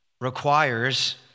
requires